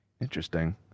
interesting